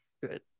Good